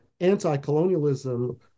anti-colonialism